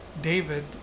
david